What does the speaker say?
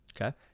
okay